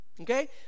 okay